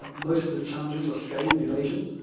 ah most of the challenges are scale and evasion.